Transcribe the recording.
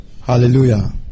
Hallelujah